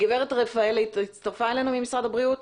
הגברת פאולה הצטרפה אלינו ממשרד הבריאות?